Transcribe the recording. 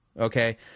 Okay